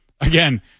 Again